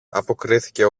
αποκρίθηκε